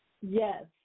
Yes